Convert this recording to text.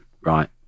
Right